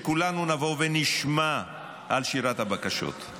שכולנו נבוא ונשמע על שירת הבקשות.